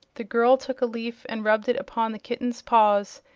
the girl took a leaf and rubbed it upon the kitten's paws,